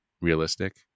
realistic